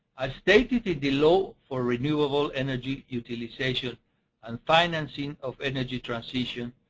i stated that the loan for renewable energy utilization and financing of energy transition,